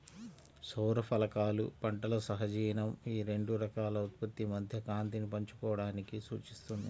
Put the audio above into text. సౌర ఫలకాలు పంటల సహజీవనం ఈ రెండు రకాల ఉత్పత్తి మధ్య కాంతిని పంచుకోవడాన్ని సూచిస్తుంది